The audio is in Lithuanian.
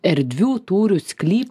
erdvių tūrių sklypo